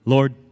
Lord